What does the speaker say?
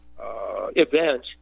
event